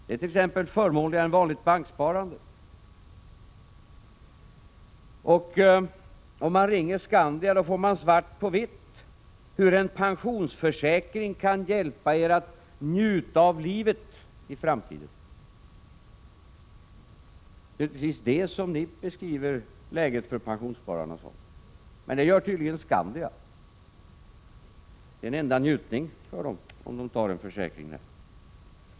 Det är t.ex. förmånligare än vanligt banksparande.” Om man ringer till Skandia får man svart på vitt på hur en pensionsförsäkring ”kan hjälpa er att njuta av livet i framtiden”. Det är inte precis så som ni beskriver läget för pensionsspararna i framtiden, men det gör tydligen Skandia: det blir en enda njutning för dem, om de tar en försäkring där.